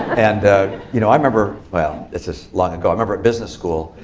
and you know i remember, well, this is long ago, i remember at business school,